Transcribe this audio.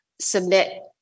submit